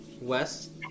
west